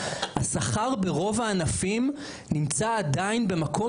השכר ברוב הענפים נמצא עדיין במקום